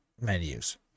menus